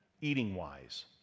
eating-wise